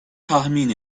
tahmin